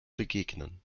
begegnen